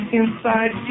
inside